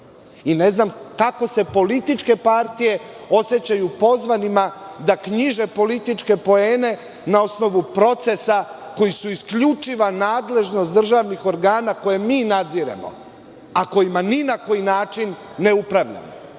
i ne znam kako se političke partije osećaju pozvanima da knjiže političke poene na osnovu procesa koji su isključiva nadležnost državnih organa koje mi nadziremo, a kojima ni na koji način ne upravljamo? Dakle,